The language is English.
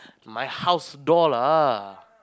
my house door lah